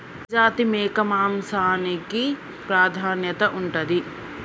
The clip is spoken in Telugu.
ఏ జాతి మేక మాంసానికి ప్రాధాన్యత ఉంటది?